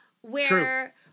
where-